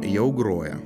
jau groja